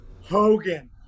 hogan